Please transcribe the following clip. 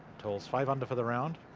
tolles five under for the round.